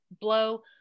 Blow